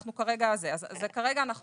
אז כרגע אנחנו